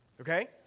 okay